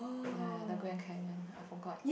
ya ya the Grand Canyon I forgot